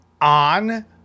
on